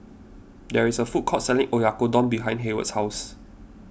there is a food court selling Oyakodon behind Heyward's house